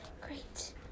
Great